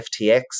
FTX